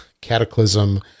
cataclysm